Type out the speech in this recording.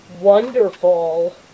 wonderful